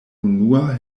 unua